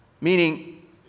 Meaning